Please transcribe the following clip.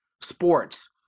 sports